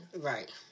Right